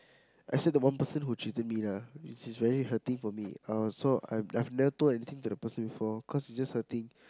except the one person who cheated me lah which is very hurting for me I was so I have never told anything to the person before cause it's just hurting